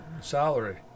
salary